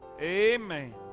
Amen